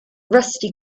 rusty